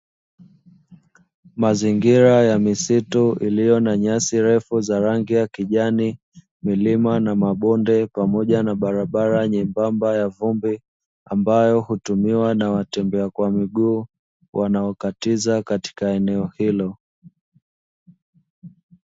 Mazingira ya misitu iliyo na nyasi refu za rangi ya kijani, milima na mabonde pamojana barabara nyembamba ya vumbi, ambayo hutumiwa na watembea kwa watembea kwa miguu wanaokatiza katika eneo hilo.